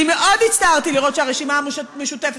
אני מאוד הצטערתי לראות שהרשימה המשותפת,